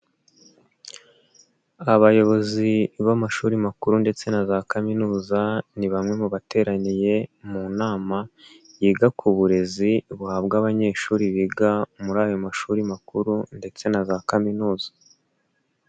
Abayobozi b'amashuri makuru ndetse na za kaminuza ni bamwe mu bateraniye mu nama yiga ku burezi buhabwa abanyeshuri biga muri ayo mashuri makuru ndetse na za kaminuza.